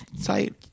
site